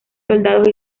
soldados